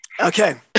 Okay